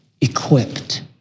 equipped